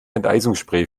enteisungsspray